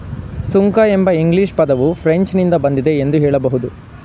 ಸುಂಕ ಎಂಬ ಇಂಗ್ಲಿಷ್ ಪದವು ಫ್ರೆಂಚ್ ನಿಂದ ಬಂದಿದೆ ಎಂದು ಹೇಳಬಹುದು